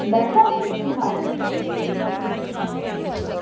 दर्द आह्ली टिक्की खाह्गी